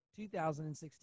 2016